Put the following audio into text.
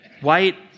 White